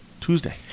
Tuesday